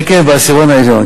כן, כן, בעשירון העליון.